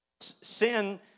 sin